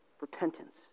repentance